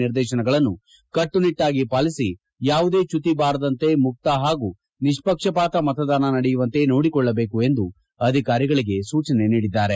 ನಿರ್ದೇಶನಗಳನ್ನು ಕಟ್ಟುನಿಟ್ಟಾಗಿ ಪಾಲಿಸಿ ಯಾವುದೇ ಚ್ಯುತಿ ಬಾರದಂತೆ ಮುಕ್ತ ಹಾಗೂ ನಿಷ್ಷಕ್ಷಪಾತ ಮತದಾನ ನಡೆಯುವಂತೆ ನೋಡಿಕೊಳ್ಳಬೇಕು ಎಂದು ಅಧಿಕಾರಿಗಳಿಗೆ ಸೂಚನೆ ನೀಡಿದ್ದಾರೆ